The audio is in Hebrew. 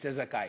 יצא זכאי.